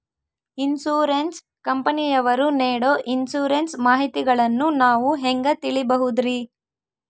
Insurance ಕಂಪನಿಯವರು ನೇಡೊ insurance ಮಾಹಿತಿಗಳನ್ನು ನಾವು ಹೆಂಗ ತಿಳಿಬಹುದ್ರಿ?